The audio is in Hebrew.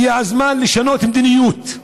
הגיע הזמן לשנות מדיניות,